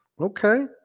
Okay